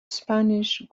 spanish